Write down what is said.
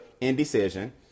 indecision